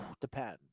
depends